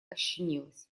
ощенилась